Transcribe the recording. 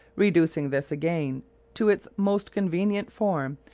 reducing this again to its most convenient form,